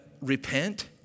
repent